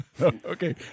Okay